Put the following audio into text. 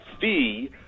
fee